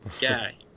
guy